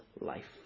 life